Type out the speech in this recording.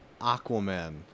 Aquaman